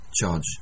charge